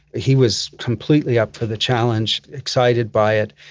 he was completely up for the challenge, excited by it.